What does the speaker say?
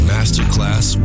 Masterclass